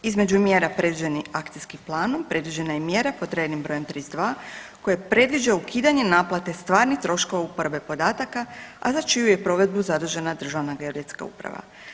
Između mjera predzadnjim akcijskim planom predviđena je i mjera pod rednim brojem 32. koja predviđa ukidanje naplate stvarnih troškova uporabe podataka, a za čiju je provedbu zadužena Državna geodetska uprava.